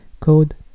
Code